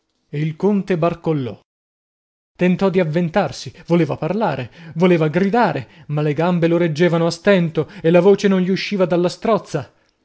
il conte barcollò tentò di avventarsi voleva parlare voleva gridare ma le gambe lo reggevano a stento e la voce non gli usciva dalla strozza